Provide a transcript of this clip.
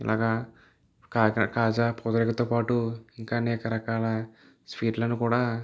ఇలాగ కాకినాడ కాజా పూతరేకులతో పాటు ఇంకా అనేక రకాల స్వీట్లను కూడా